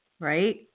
Right